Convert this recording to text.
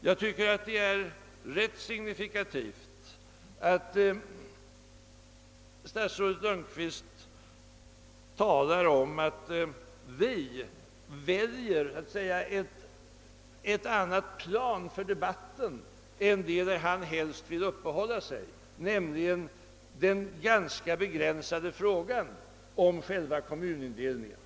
Jag tycker det är signifikativt att statsrådet Lundkvist talar om att vi väljer ett annat plan för debatten än det där han helst vill uppehålla sig, nämligen vid den ganska begränsade frågan om själva kommunindelningen.